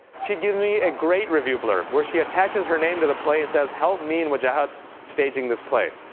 she gave me a great review blurb, where she attaches her name to the play and says help me and but yeah wajahat staging this play.